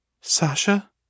Sasha